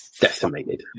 decimated